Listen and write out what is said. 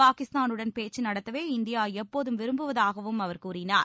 பாகிஸ்தானுடன் பேச்சு நடத்தவே இந்தியா எப்போதும் விரும்புவதாகவும் அவர் கூறினார்